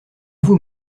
vous